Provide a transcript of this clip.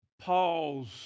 Paul's